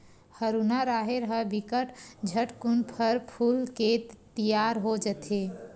हरूना राहेर ह बिकट झटकुन फर फूल के तियार हो जथे